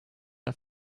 are